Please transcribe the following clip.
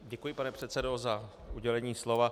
Děkuji, pane předsedo, za udělení slova.